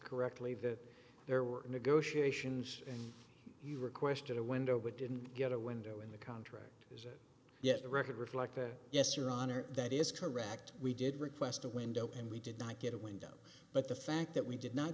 correctly that there were negotiations and you requested a window but didn't get a window in the contract yes the record reflect that yes your honor that is correct we did request a window and we did not get a window but the fact that we did not